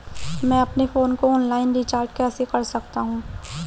मैं अपने फोन को ऑनलाइन रीचार्ज कैसे कर सकता हूं?